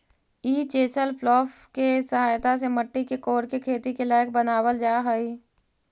ई chisel plough के सहायता से मट्टी के कोड़के खेती के लायक बनावल जा हई